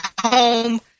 home